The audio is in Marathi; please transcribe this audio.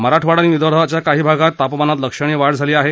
मराठवाडा आणि विदर्भाच्या काही भागात तापमानात लक्षणीय वाढ झाली आहे